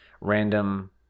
random